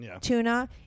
tuna